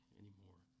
anymore